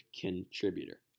contributor